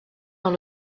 dans